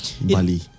bali